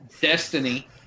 destiny